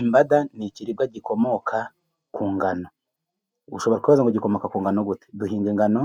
Imbada ni ikiribwa gikomoka ku ngano. Ushobora kubaza ngo gikomoka ku ngano gute? Duhinga ingano